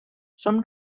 some